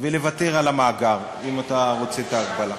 ולוותר על המאגר, אם אתה רוצה את ההקבלה.